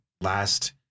last